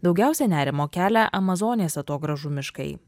daugiausia nerimo kelia amazonės atogrąžų miškai